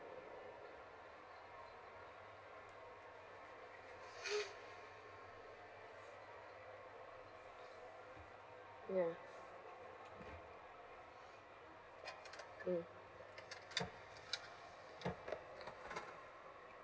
ya mm